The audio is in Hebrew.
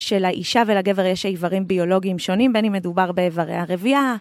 שלאישה ולגבר יש איברים ביולוגיים שונים, בין אם מדובר באיברי הרבייה...